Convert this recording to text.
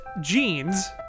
jeans